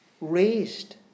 Raised